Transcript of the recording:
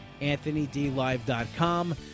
anthonydlive.com